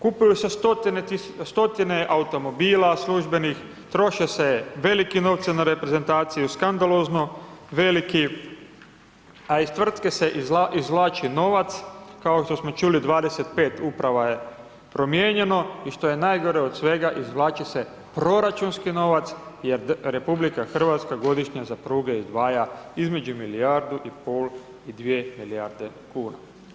Kupuje se stotine automobila službenih, troše se veliki novci na reprezentaciju, skandalozno veliki, a iz tvrtke se izvlači novac kao što smo čuli, 25 uprava je promijenjeno i što je najgore od svega, izvlači se proračunski novac jer RH godišnje za pruge izdvaja između milijardu i pol i dvije milijarde kuna.